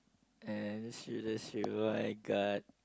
and should this [oh]-my-god